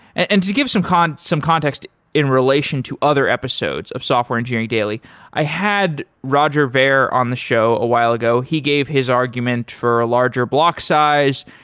and and to give some kind of some context in relation to other episodes of software engineering daily i had roger ver on the show a while ago. he gave his argument for a larger block size,